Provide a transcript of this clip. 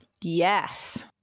Yes